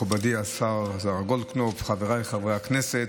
מכובדי השר גולדקנופ, חבריי חברי הכנסת,